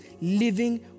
living